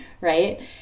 right